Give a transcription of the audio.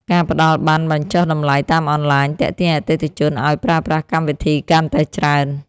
ការផ្ដល់ប័ណ្ណបញ្ចុះតម្លៃតាមអនឡាញ ទាក់ទាញអតិថិជនឱ្យប្រើប្រាស់កម្មវិធីកាន់តែច្រើន។